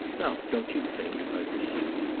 now don't you think, i pursued,